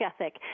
ethic